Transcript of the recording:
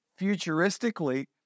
futuristically